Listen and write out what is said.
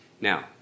Now